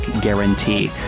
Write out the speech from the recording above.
guarantee